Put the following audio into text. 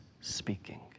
speaking